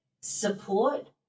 support